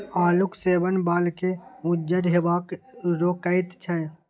आलूक सेवन बालकेँ उज्जर हेबासँ रोकैत छै